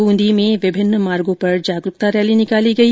बूंदी में विभिन्न मार्गो पर जागरूकता रैली निकाली गई